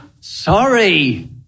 Sorry